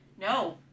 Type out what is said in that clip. no